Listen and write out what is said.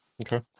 Okay